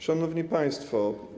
Szanowni Państwo!